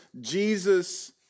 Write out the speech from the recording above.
Jesus